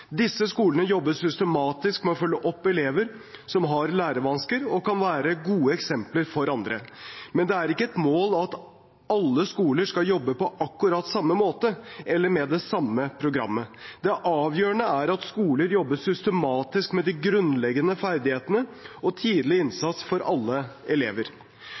Disse skolene jobber systematisk med å følge opp elever som har lærevansker, og kan være gode eksempler for andre. Men det er ikke et mål at alle skoler skal jobbe på akkurat samme måte eller med det samme programmet. Det avgjørende er at skoler jobber systematisk med de grunnleggende ferdighetene og tidlig innsats for alle elever.